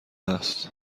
است